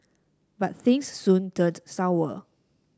but things soon turned sour